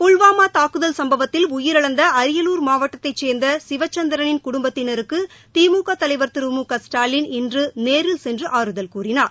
புல்வாமா தாக்குதல் சம்பவத்தில் உயிரிழந்த அரியலூர் மாவட்டத்தைச் சேர்ந்த சிவச்சந்திரனின் குடும்பத்தினருக்கு திமுக தலைவர் திரு மு க ஸ்டாலின் இன்று நேரில் சென்று ஆறுதல் கூறினார்